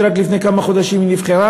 שרק לפני כמה חודשים נבחרה.